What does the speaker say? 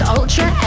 Ultra